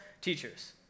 teachers